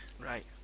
Right